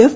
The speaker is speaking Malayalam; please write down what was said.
എഫ്